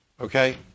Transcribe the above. Okay